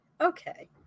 okay